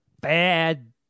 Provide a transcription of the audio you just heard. bad